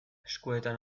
eskuetan